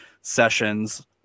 Sessions